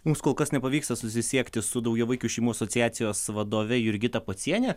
mums kol kas nepavyksta susisiekti su daugiavaikių šeimų asociacijos vadove jurgita pociene